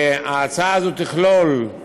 וההצעה הזאת תכלול את